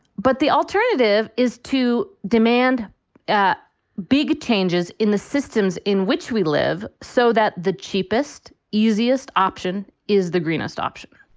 but the alternative is to demand yeah big changes in the systems in which we live so that the cheapest, easiest option is the greenest option